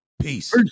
Peace